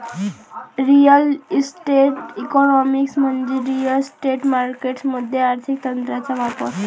real estate economics म्हणजे real estate markets मध्ये आर्थिक तंत्रांचा वापर